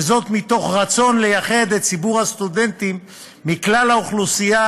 וזאת מתוך רצון לייחד את ציבור הסטודנטים מכלל האוכלוסייה,